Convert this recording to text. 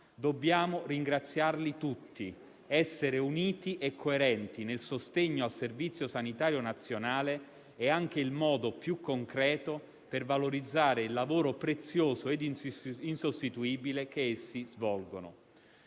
Dobbiamo ringraziarli tutti ed essere uniti e coerenti nel sostegno al Servizio sanitario nazionale è anche il modo più concreto per valorizzare il lavoro prezioso e insostituibile che essi svolgono.